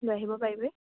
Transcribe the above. লৈ আহিব পাৰিবি